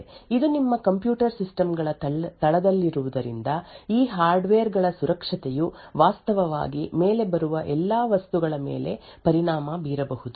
ಇದು ನಿಮ್ಮ computer system ಗಳ ತಳದಲ್ಲಿರುವುದರಿಂದ ಈ ಹಾರ್ಡ್ವೇರ್ ಗಳ ಸುರಕ್ಷತೆಯು ವಾಸ್ತವವಾಗಿ ಮೇಲೆ ಬರುವ ಎಲ್ಲಾ ವಸ್ತುಗಳ ಮೇಲೆ ಪರಿಣಾಮ ಬೀರಬಹುದು